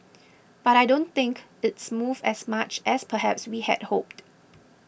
but I don't think it's moved as much as perhaps we had hoped